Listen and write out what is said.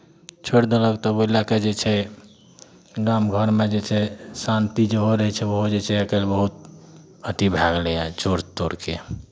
छोड़ि देलक तऽ ओहि लऽ कऽ जे छै गाम घरमे जे छै शान्ति जेहो रहै छै ओहो जे छै आइ काल्हि बहुत अथि भए गेलै हइ चोर तोरके